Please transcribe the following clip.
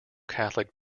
catholic